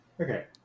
Okay